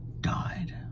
died